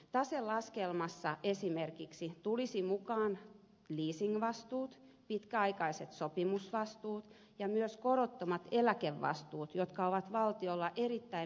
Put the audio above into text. taselaskelmassa esimerkiksi tulisivat mukaan leasingvastuut pitkäaikaiset sopimusvastuut ja myös korottomat eläkevastuut jotka ovat valtiolla erittäin merkityksellinen erä